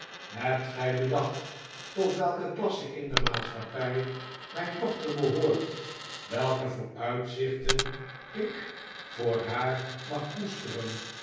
hebt gij bedacht tot welke klasse in de maatschappij mijn dochter behoort welke vooruitzichten ik voor haar mag koesteren